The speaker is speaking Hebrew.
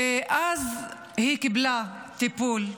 ואז היא קיבלה טיפול.